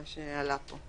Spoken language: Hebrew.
מה שעלה פה.